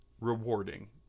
rewarding